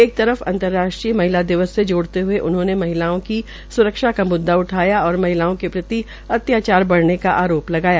एक तरफ अंतराष्ट्रीय महिला दिवस से जोड़ते हुए उन्होंने महिलायों की स्रक्षा का मुददा उठाया और महिलायों के प्रति अत्याचार बढ़ने का आरोप लगाया